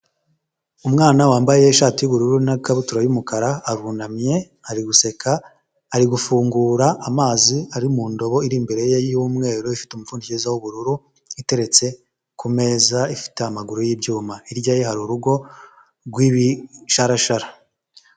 Umwana wambaye ishati y'ubururu na kabutura y'umukara, arunamye, ari guseka, ari gufungura amazi ari mu ndobo iri imbere y'umweru ifite umupfundizo w'ubururu iteretse ku meza ifite amaguru y'ibyuma, hirya ye hari urugo rw'ibisharashara.